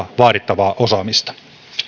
vaadittavaa osaamista